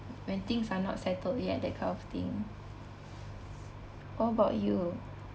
when things are not settled yet that kind of thing what about you